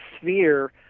sphere